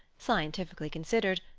scientifically considered,